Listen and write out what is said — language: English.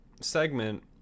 segment